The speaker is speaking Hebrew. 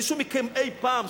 מישהו מכם אי-פעם,